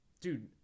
Dude